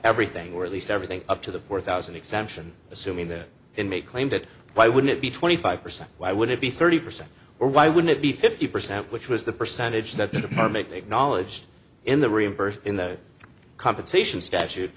everything or at least everything up to the four thousand exemption assuming the inmate claimed it why would it be twenty five percent why would it be thirty percent or why wouldn't it be fifty percent which was the percentage that the department acknowledged in the reimburse in the compensation statute